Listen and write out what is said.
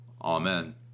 Amen